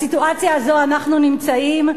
בסיטואציה הזאת אנחנו נמצאים.